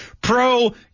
pro